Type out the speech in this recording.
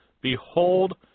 Behold